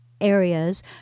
areas